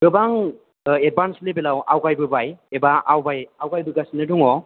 गोबां एदभान्स लेभेलआव आवगायबोबाय एबा आवगायबोगासिनो दङ